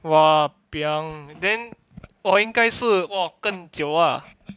!wahpiang! then 我应该是 !wah! 更久 ah